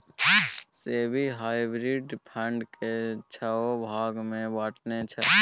SEBI hybrid fund केँ छओ भाग मे बँटने छै